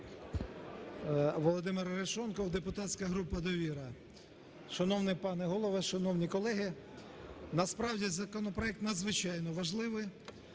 Володимир Арешонков, депутатська група "Довіра". Шановний пане Голово, шановні колеги, насправді законопроект надзвичайно важливий,